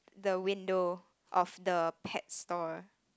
the window of the pet store